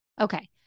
okay